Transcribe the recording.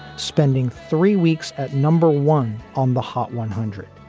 spending three weeks at number one on the hot one hundred.